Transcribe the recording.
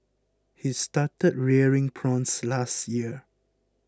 he started rearing prawns last year